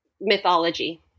mythology